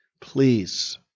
please